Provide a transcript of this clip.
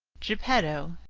geppetto,